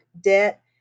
debt